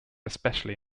especially